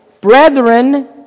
Brethren